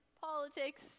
politics